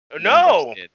No